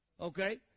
Okay